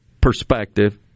perspective